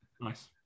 Nice